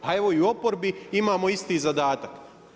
Pa evo i u oporbi imamo isti zadatak.